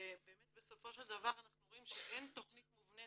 שבאמת בסופו של דבר אנחנו רואים שאין תכנית מובנית